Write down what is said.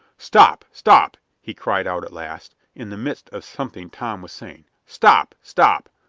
stop! stop! he cried out at last, in the midst of something tom was saying. stop! stop!